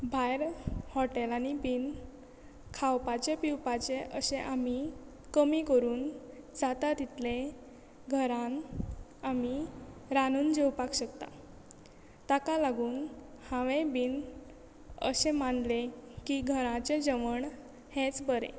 भायर हॉटेलांनी बी खावपाचें पिवपाचें अशे आमी कमी करून जाता तितले घरान आमी रांदून जेवपाक शकता ताका लागून हांवें बी अशें मानले की घराचें जेवण हेंच बरें